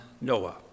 Noah